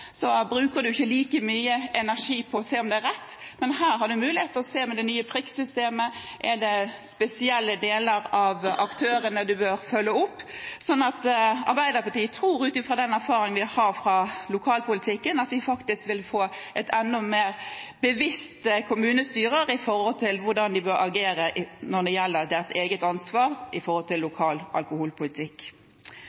så bruker man ikke like mye energi på å se om det er rett, men her har man med det nye prikksystemet mulighet til å se om det er spesielle deler av aktørene man bør følge opp. Arbeiderpartiet tror, ut fra den erfaringen vi har fra lokalpolitikken, at vi faktisk vil få enda mer bevisste kommunestyrer med tanke på hvordan de bør agere når det gjelder deres eget ansvar for lokal alkoholpolitikk. Vi mener også at de foreslåtte endringene vil bidra til